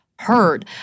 heard